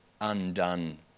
undone